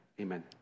amen